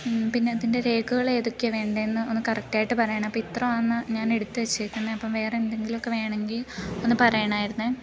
പിന്നതിൻ്റെ രേഖകളേതൊക്കെയാണ് വേണ്ടേന്ന് ഒന്ന് കറക്റ്റായിട്ട് പറയണം അപ്പോൾ ഇത്രയാണ് ഞാൻ എടുത്തു വെച്ചേക്കുന്നത് അപ്പം വേറെന്തെങ്കിലും ഒക്കെ വേണമെങ്കിൽ ഒന്ന് പറയണായിരുന്നു